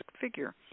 figure